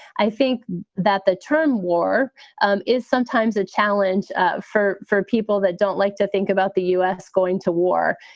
i think that the term war um is sometimes a challenge ah for for people that don't like to think about the u s. going to war.